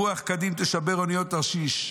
ברוח קדים תשבר אניות תרשיש.